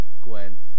Gwen